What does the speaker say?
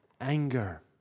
anger